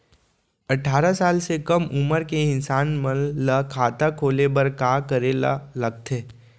अट्ठारह साल से कम उमर के इंसान मन ला खाता खोले बर का करे ला लगथे?